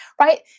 Right